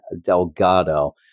Delgado